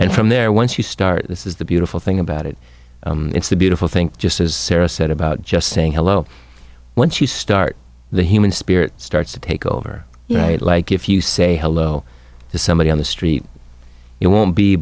and from there once you start this is the beautiful thing about it it's a beautiful think just as sarah said about just saying hello once you start the human spirit starts to take over you know it like if you say hello to somebody on the street you won't be